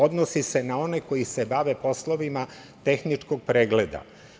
Odnosi se na one koji se bave poslovnima tehničkog pregleda.